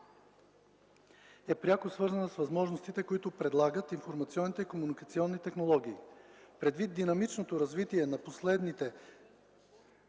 е пряко свързана с възможностите, които предлагат информационните и комуникационните технологии. Предвид динамичното развитие на последните